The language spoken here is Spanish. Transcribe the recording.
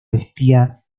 vestía